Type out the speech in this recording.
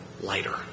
lighter